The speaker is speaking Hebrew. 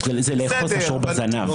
זה לאחוז את השור בזנב.